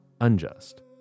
unjust